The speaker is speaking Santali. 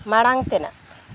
ᱢᱟᱲᱟᱝ ᱛᱮᱱᱟᱜ